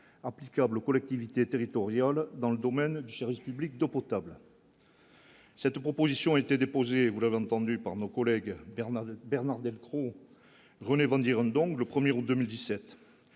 applicables aux collectivités territoriales dans le domaine du service public d'eau potable. Cette proposition était déposée, vous l'avez entendu par nos collègues, Bernard Bernard Delcros, René Vandierendonck, le 1er août 2017